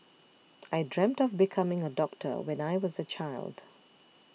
I dreamt of becoming a doctor when I was a child